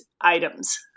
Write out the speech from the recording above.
items